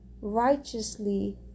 righteously